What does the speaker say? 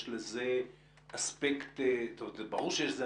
ברור שיש לזה אספקט משפטי.